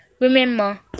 remember